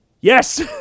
yes